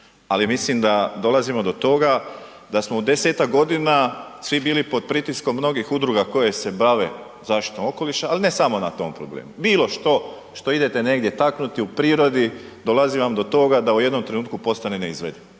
ali mislim da dolazimo do toga da smo u 10-tak godina svi bili pod pritiskom mnogih udruga koje se bave zaštitom okoliša, ali ne samo na tom problemu, bilo što što idete negdje taknuti u prirodi dolazi vam do toga da u jednom trenutku postane neizvedivo.